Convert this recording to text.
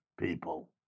people